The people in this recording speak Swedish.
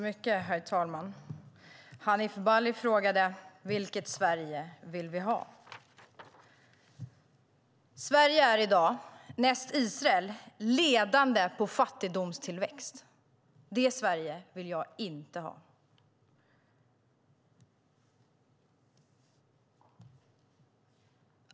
Herr talman! Hanif Bali frågade vilket Sverige vi vill ha. Sverige är i dag näst Israel ledande på fattigdomstillväxt. Det Sverige vill jag inte ha.